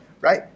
right